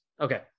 Okay